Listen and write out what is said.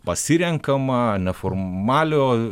pasirenkama neformaliojo